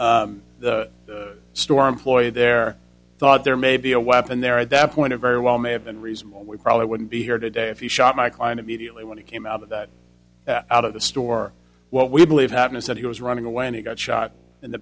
saw the store employee there thought there may be a weapon there at that point a very well may have been reasonable we probably wouldn't be here today if he shot my client immediately when he came out of that out of the store what we believe happened is that he was running away and he got shot in the